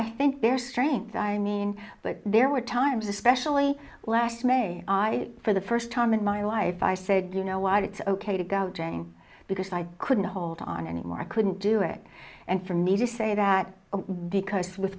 i think their strength i mean there were times especially last may i for the first time in my life i said you know what it's ok to go doing because i couldn't hold on anymore i couldn't do it and for me to say that because with